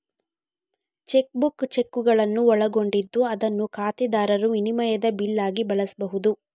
check book ಚೆಕ್ಕುಗಳನ್ನು ಒಳಗೊಂಡಿದ್ದು ಅದನ್ನು ಖಾತೆದಾರರು ವಿನಿಮಯದ ಬಿಲ್ ಆಗಿ ಬಳಸ್ಬಹುದು